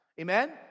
Amen